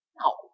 No